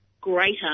greater